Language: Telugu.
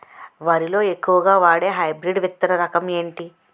వరి లో ఎక్కువుగా వాడే హైబ్రిడ్ విత్తన రకం ఏంటి?